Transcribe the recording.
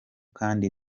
kandi